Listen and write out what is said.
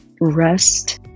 rest